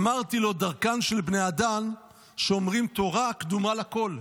אמרתי לו: דרכן של בני אדם שאומרים תורה קדומה לכול,